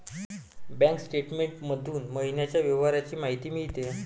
bank statement मधून महिन्याच्या व्यवहारांची माहिती मिळते